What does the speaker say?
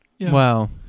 Wow